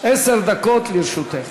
עשר דקות לרשותך.